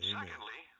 Secondly